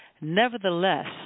nevertheless